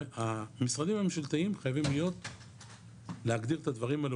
המשרדים הממשלתיים חייבים להגדיר את הדברים האלה